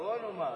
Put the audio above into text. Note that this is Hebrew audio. אחרון או מה?